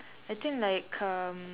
I think like um